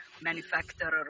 manufacturer